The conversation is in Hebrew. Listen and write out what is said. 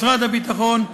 משרד הביטחון,